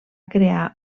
crear